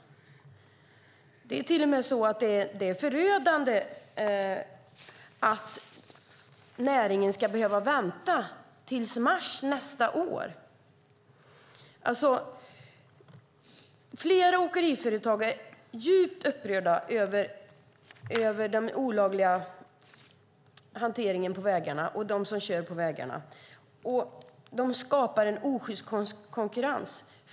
Det är förödande att näringen ska behöva vänta till mars nästa år. Flera åkeriföretagare är djupt upprörda över den olagliga hanteringen på vägarna som skapar en osjyst konkurrens.